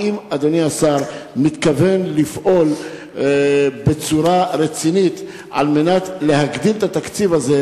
האם אדוני השר מתכוון לפעול בצורה רצינית על מנת להגדיל את התקציב הזה,